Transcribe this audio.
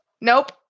nope